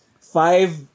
five